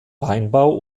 weinbau